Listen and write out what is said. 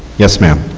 yes ma'am?